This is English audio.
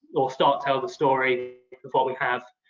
or start tell the story of what we have.